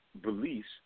beliefs